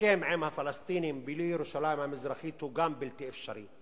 והסכם עם הפלסטינים בלי ירושלים המזרחית גם הוא בלתי אפשרי.